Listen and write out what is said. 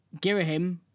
Girahim